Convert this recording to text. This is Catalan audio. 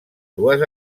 dues